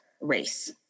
race